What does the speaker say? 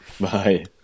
Bye